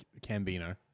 Cambino